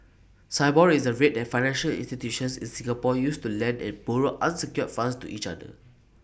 Sibor is the rate that financial institutions in Singapore use to lend and borrow unsecured funds to each other